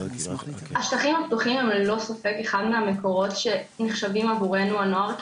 השטחים הפתוחים הם ללא ספק אחד מהמקומות שנחשבים עבורנו הנוער,